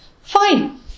Fine